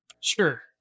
sure